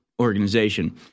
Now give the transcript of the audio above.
organization